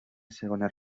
segones